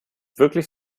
wirklich